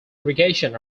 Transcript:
irrigation